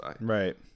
Right